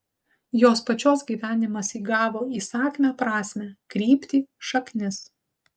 jos pačios gyvenimas įgavo įsakmią prasmę kryptį šaknis